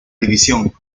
división